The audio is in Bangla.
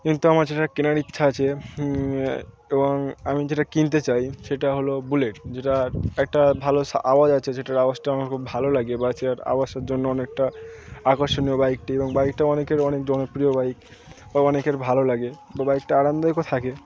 কিন্তু আমার যেটা কেনার ইচ্ছা আছে এবং আমি যেটা কিনতে চাই সেটা হল বুলেট যেটার একটা ভালো আওয়াজ আছে সেটার আওয়াজটা আমার খুব ভালো লাগে বাইকটার আওয়াজের জন্য অনেকটা আকর্ষণীয় বাইকটি এবং বাইকটাও অনেকের অনেক জনপ্রিয় বাইক বা অনেকের ভালো লাগে বা বাইকটা আরামদায়কও থাকে